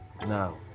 now